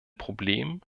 problemen